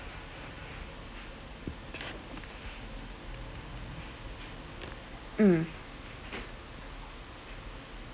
mm